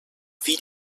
fill